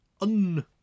un